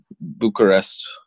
Bucharest